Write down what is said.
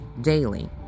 daily